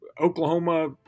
Oklahoma